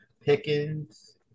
Pickens